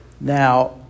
Now